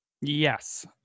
Yes